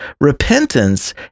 Repentance